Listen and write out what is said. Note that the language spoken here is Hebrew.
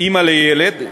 אימא לילד,